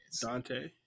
Dante